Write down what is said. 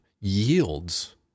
yields